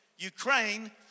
Ukraine